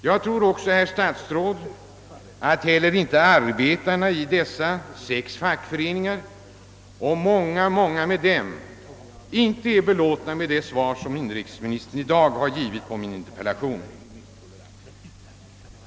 Jag tror, herr statsråd, att arbetarna i dessa sex fackföreningar i likhet med många andra ingalunda är be låtna med det svar som inrikesministern i dag har lämnat på min interpellation.